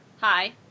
hi